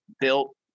built